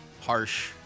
harsh